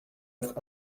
être